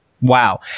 Wow